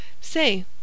Say